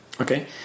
okay